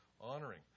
honoring